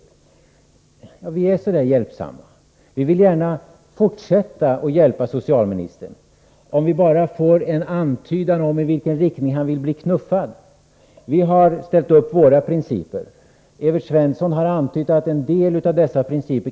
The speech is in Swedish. Ja, vi är så där hjälpsamma. Vi vill gärna fortsätta att hjälpa socialministern, om vi bara får en antydan om i vilken riktning han vill bli knuffad. Vi har ställt upp våra principer för reformarbetet. Evert Svensson har antytt att han kan instämma i en del av dessa principer.